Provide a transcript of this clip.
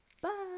Bye